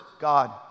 God